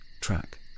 track